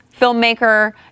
filmmaker